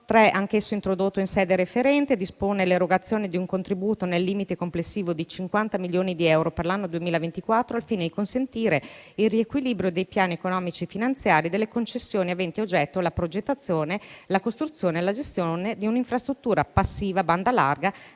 3, anch'esso introdotto in sede referente, dispone l'erogazione di un contributo nel limite complessivo di 50 milioni di euro per l'anno 2024 al fine di consentire il riequilibrio dei piani economici finanziari delle concessioni aventi a oggetto la progettazione, la costruzione e la gestione di un'infrastruttura passiva a banda larga